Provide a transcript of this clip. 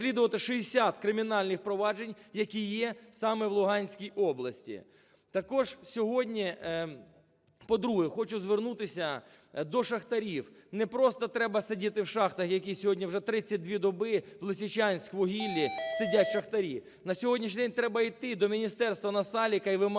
розслідувати 60 кримінальних проваджень, які є саме в Луганській області. Також сьогодні, по-друге, хочу звернутися до шахтарів. Не просто треба сидіти в шахтах, які сьогодні вже 32 доби в "Лисичанськвугіллі" сидять шахтарі, на сьогоднішній треба йти до міністерства Насалика і вимагати